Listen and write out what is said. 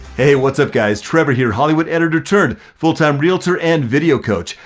hey, what's up guys? trevor here, hollywood editor turned full-time realtor and video coach.